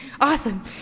Awesome